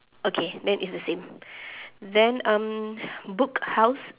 okay then is the same then um book house